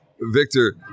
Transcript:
Victor